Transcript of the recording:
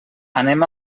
anem